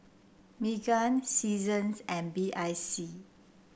Megan Seasons and B I C